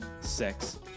sex